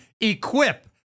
Equip